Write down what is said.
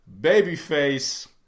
Babyface